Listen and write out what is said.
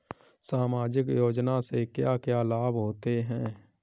सामाजिक योजना से क्या क्या लाभ होते हैं?